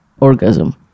orgasm